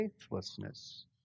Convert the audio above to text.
faithlessness